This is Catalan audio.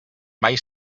mai